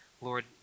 Lord